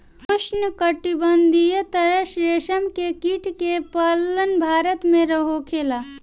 उष्णकटिबंधीय तसर रेशम के कीट के पालन भारत में होखेला